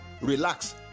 relax